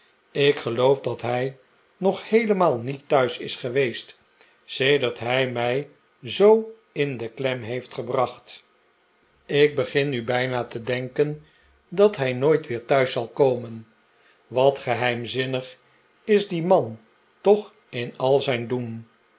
ik geloof dat hij nog heelemaal niet thuis is geweest sedert hij mij zoo in de klem heeft gebracht ik begin nu bijna te denken dat hij nooit weer thuis zal komen wat geheimzinnig is die man toch in al zijn doen